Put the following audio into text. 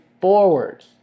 forward